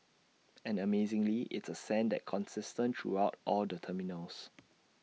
and amazingly it's A scent that consistent throughout all the terminals